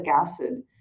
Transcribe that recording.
acid